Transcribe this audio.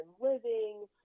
living